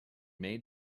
made